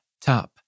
tap